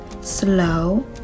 slow